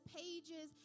pages